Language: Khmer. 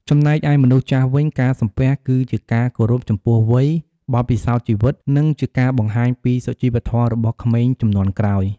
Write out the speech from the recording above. ចំណែកឯមនុស្សចាស់វិញ ការសំពះគឺជាការគោរពចំពោះវ័យ បទពិសោធន៍ជីវិត និងជាការបង្ហាញពីសុជីវធម៌របស់ក្មេងជំនាន់ក្រោយ។